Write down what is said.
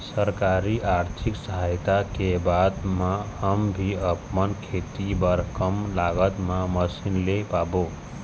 सरकारी आरथिक सहायता के बाद मा हम भी आपमन खेती बार कम लागत मा मशीन ले पाबो?